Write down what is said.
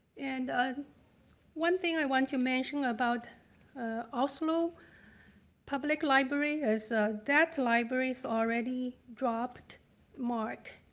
and one thing i want to mention about oslo public library is that library's already dropped marc,